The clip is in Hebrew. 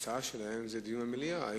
ההצעה שלהם זה דיון במליאה.